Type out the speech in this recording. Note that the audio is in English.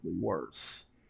worse